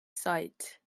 sight